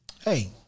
Hey